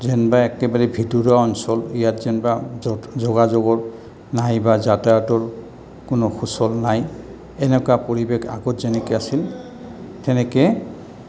যেনবা একেবাৰে ভিতৰুৱা অঞ্চল ইয়াত যেনবা যোগাযোগৰ নাই বা যাতায়তৰ কোনো সুচল নাই এনেকুৱা পৰিৱেশ আগত যেনেকে আছিল তেনেকে